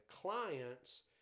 clients